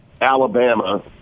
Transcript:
Alabama